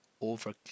over